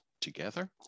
together